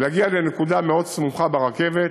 להגיע לנקודה מאוד סמוכה ברכבת,